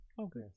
okay